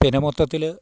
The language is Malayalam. പിന്നെ മൊത്തത്തിൽ